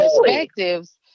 perspectives